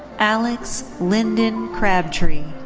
alex lyndon crabtree.